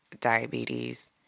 diabetes